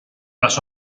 las